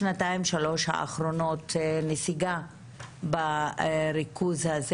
בשנתיים-שלוש האחרונות נסיגה בריכוז הזה.